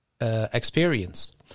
experience